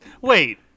Wait